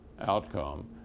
outcome